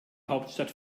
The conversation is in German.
hauptstadt